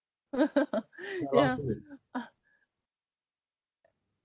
ya ah